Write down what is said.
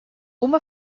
uma